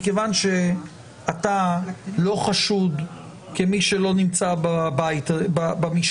מכיוון שאתה לא חשוד כמי שלא נמצא במשכן,